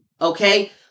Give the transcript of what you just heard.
Okay